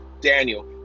Daniel